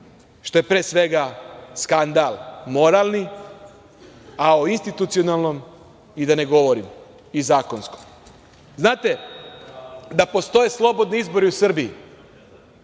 što je pre svega skandal moralni, a o institucionalnom i da ne govorim i zakonskom. Znate, da postoje slobodni izbori u Srbiji,